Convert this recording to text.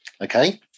okay